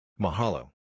Mahalo